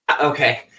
okay